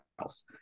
else